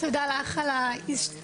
תודה לך על ההזדמנות,